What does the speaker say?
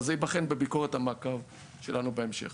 אבל זה ייבחן בביקורת המעקב שלנו בהמשך.